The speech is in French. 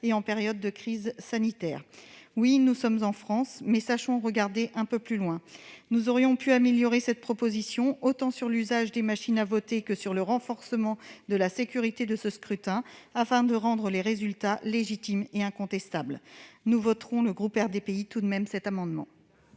en période de crise sanitaire. Oui, nous sommes en France, mais sachons regarder un peu plus loin : nous aurions pu améliorer la proposition faite, s'agissant de l'usage des machines à voter comme du renforcement de la sécurité du scrutin, afin de garantir des résultats légitimes et incontestables. Le groupe RDPI votera tout de même cet amendement.